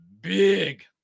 big